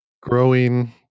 growing